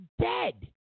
dead